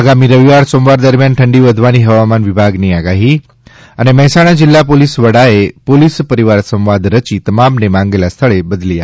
આગામી રવિવાર સોમવાર દરમિયાન ઠંડી વધવાની હવામાન વિભાગની આગાહી મહેસાણા જિલ્લા પોલીસ વડાએ પોલીસ પરિવાર સંવાદ રચી તમામને માંગેલા સ્થળે બદલી આપી